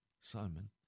Simon